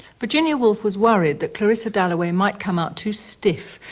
virginia woolf was worried that clarissa dalloway might come out too stiff,